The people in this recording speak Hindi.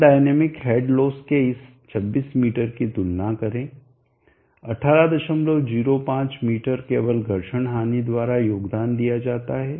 कुल डायनामिक हेड लोस के इस 26 मीटर की तुलना करें 1805 मीटर केवल घर्षण हानि द्वारा योगदान दिया जाता है